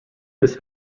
this